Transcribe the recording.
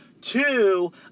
Two